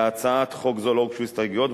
להצעת חוק זו לא הוגשו הסתייגויות,